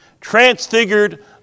transfigured